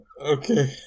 Okay